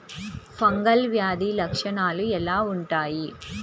Fungal వ్యాధి లక్షనాలు ఎలా వుంటాయి?